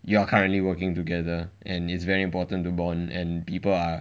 you are currently working together and it's very important to bond and people are